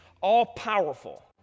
all-powerful